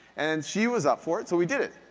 and she was up for it, so we did it.